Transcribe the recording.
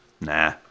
Nah